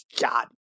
God